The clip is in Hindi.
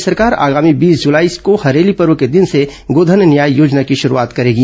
राज्य सरकार आगामी बीस जुलाई को हरेली पर्व के दिन से गोधन न्याय योजना की शुरूआत करेगी